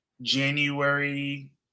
January